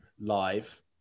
live